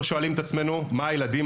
אנחנו לא שואלים את עצמנו מה הילדים